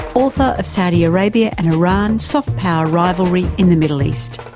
author of saudi arabia and iran soft power rivalry in the middle east.